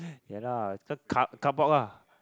ya lah card~ cardboard lah